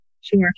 Sure